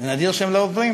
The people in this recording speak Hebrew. נדיר שהם לא עוברים?